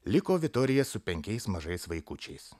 liko vitorija su penkiais mažais vaikučiais